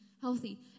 healthy